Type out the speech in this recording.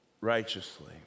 righteously